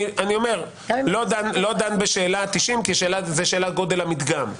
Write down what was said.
אני אומר שאני לא דן בשאלה של ה-90 אחוזים כי זאת שאלת גודל המדגם.